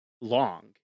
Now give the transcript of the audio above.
long